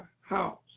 house